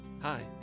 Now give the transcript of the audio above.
Hi